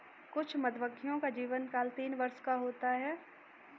कुछ मधुमक्खियों का जीवनकाल तीन वर्ष का होता है